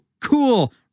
cool